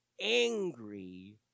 angry